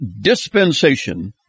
dispensation